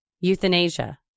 euthanasia